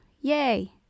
Yay